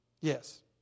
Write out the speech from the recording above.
Yes